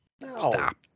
Stop